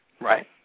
Right